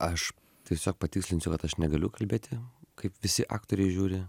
aš tiesiog patikslinsiu kad aš negaliu kalbėti kaip visi aktoriai žiūri